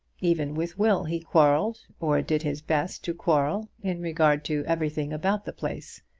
even with will he quarrelled, or did his best to quarrel, in regard to everything about the place,